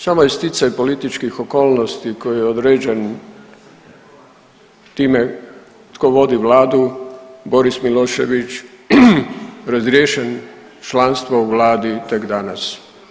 Samo je sticajem političkih okolnosti koji je određen time tko vodi Vladu, Boris Milošević razriješen članstva u Vladi tek danas.